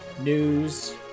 news